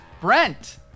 Brent